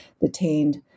detained